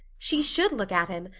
she should look at him,